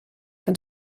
que